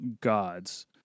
gods